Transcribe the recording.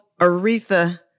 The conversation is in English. Aretha